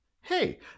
Hey